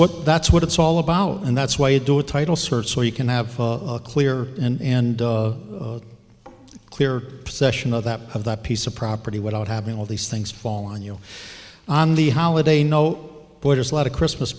what that's what it's all about and that's why you do a title search so you can have a clear in clear possession of that of that piece of property without having all these things fall on you on the holiday no borders a lot of christmas